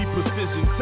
Precision